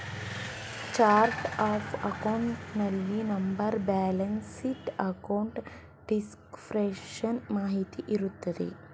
chart of accounts ನಲ್ಲಿ number, balance sheet, account description ನ ಮಾಹಿತಿ ಇರುತ್ತದೆ